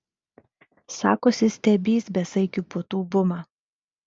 sakosi stebįs besaikių puotų bumą